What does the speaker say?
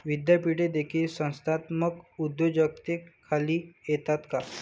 विद्यापीठे देखील संस्थात्मक उद्योजकतेखाली येतात का?